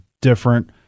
different